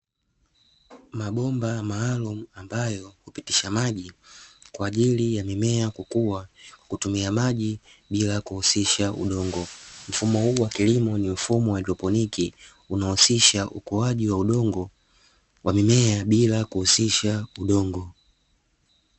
Mabomba maalumu ambayo hupitisha maji kwa ajili ya mimea kukua, kutumia maji bila kuhusisha udongo. Mfumo huu wa kilimo ni mfumo wa haidroponiki unaohusisha ukuaji wa mimea bila kuhusisha udongo.